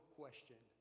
question